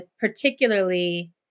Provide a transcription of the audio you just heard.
particularly